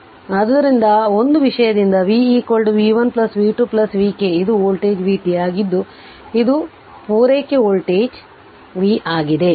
ಆದ್ದರಿಂದ ಆ ಒಂದು ವಿಷಯದಿಂದ v v1 v2 vk ಇದು ವೋಲ್ಟೇಜ್ vt ಆಗಿದ್ದು ಇದು ಪೂರೈಕೆ ವೋಲ್ಟೇಜ್ v ಆಗಿದೆ